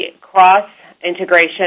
cross-integration